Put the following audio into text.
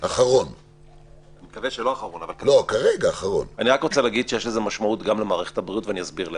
אני רק רוצה להגיד שיש לזה משמעות גם למערכת הבריאות ואני אסביר למה.